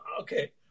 okay